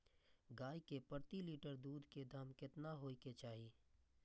गाय के प्रति लीटर दूध के दाम केतना होय के चाही?